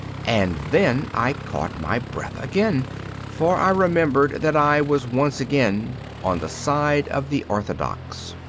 and then i caught my breath again for i remembered that i was once again on the side of the orthodox.